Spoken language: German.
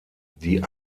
die